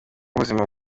ubuzima